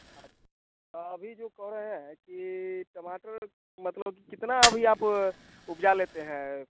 अभी जो क रहे हैं कि टमाटर मतलब कितना अभी आप उपजा लेते हैं